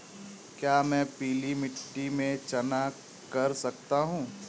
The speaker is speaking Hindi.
क्या मैं पीली मिट्टी में चना कर सकता हूँ?